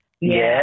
Yes